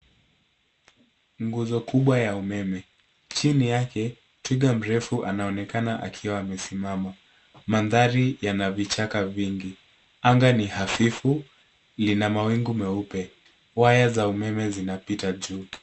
Nguzo kubwa ya umeme. Chini yake, twiga mrefu anaonekana akiwa amesimama. Mandhari yana vichaka vingi. Anga ni hafifu, lina mawingu meupe. Waya za umeme zinapita juu.